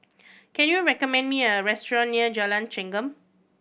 can you recommend me a restaurant near Jalan Chengam